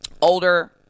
older